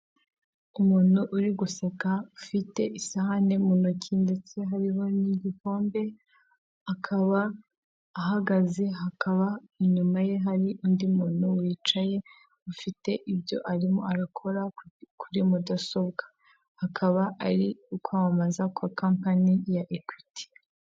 Umuntu uri guseka ufite isahani mu ntoki ndetse biba nigikombe akaba ahagaze hakaba inyuma ye hari undi muntu wicaye ufite ibyo arimo arakora kuri mudasobwa, akaba ari ukwamamaza kwa kampani ya ekwiti.